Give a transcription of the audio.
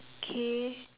K